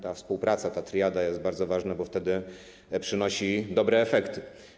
Ta współpraca, ta triada jest bardzo ważna, bo wtedy przynosi dobre efekty.